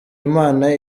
imana